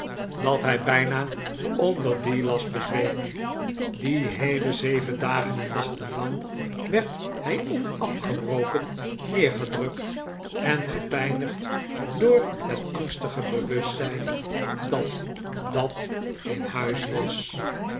dat hij bijna onder dien last bezweek die heele zeven dagen en nachten lang werd hij onafgebroken neergedrukt en gepijnigd door het angstige bewustzijn dat dat in huis was